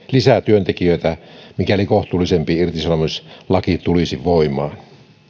lisää työntekijöitä mikäli kohtuullisempi irtisanomislaki tulisi voimaan